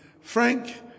Frank